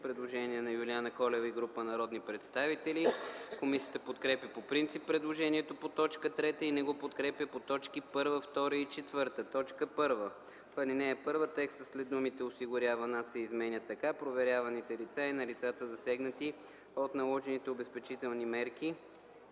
представител Юлиана Колева и група народни представители. Комисията подкрепя по принцип предложението по т. 3 и не го подкрепя по т. 1, 2 и 4: „1. В ал. 1 текстът след думите „осигурява на” се изменя така: „проверяваните лица и на лицата, засегнати от наложените обезпечителни мерки